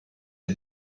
est